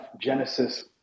Genesis